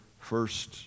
first